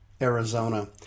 Arizona